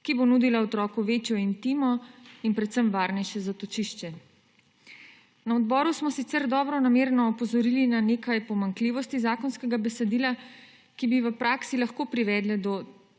ki bo nudila otroku večjo intimo in predvsem varnejše zatočišče. Na odboru smo sicer dobronamerno opozorili na nekaj pomanjkljivosti zakonskega besedila, ki bi v praksi lahko privedle do